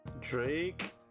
Drake